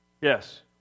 Yes